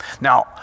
Now